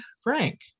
Frank